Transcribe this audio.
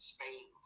Spain